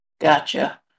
Gotcha